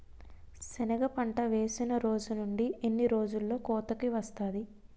సెనగ పంట వేసిన రోజు నుండి ఎన్ని రోజుల్లో కోతకు వస్తాది?